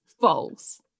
false